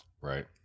right